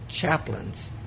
chaplains